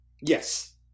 Yes